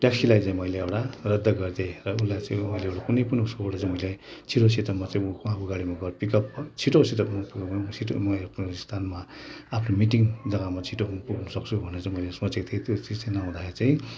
ट्याक्सीलाई चाहिँ मैले एउटा रद्द गरिदिएँ र उसलाई चाहिँ मैले एउटा कुनै पनि उसकोबाट चाहिँ मैले चाहिँ उहाँको गाडीमा गएर पिक अप छिटो छिटो भनौँ छिटो म आफ्नो स्थानमा आफ्नो मिटिङ जगामा छिटो पुग्न सक्छु भनेर चाहिँ मैले सोचेको थिएँ त्यो चिज चाहिँ नहुँदाखेरि चाहिँ